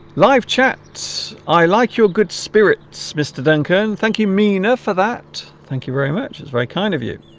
live chats i like your good spirits mr. duncan thank you mina for that thank you very much it's very kind of you